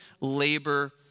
labor